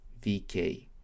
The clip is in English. VK